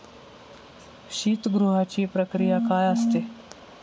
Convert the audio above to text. शीतगृहाची प्रक्रिया काय असते?